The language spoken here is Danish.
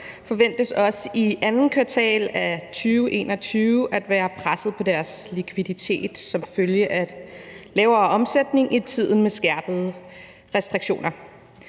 forventes også i andet kvartal af 2021 at være presset på deres likviditet som følge af en lavere omsætning i tiden med skærpede restriktioner.